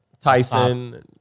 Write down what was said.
Tyson